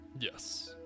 Yes